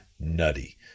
nutty